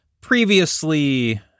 previously